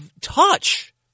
touch